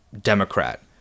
Democrat